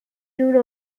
two